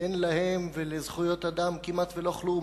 ואין להם ולזכויות אדם כמעט ולא כלום.